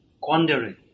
quandary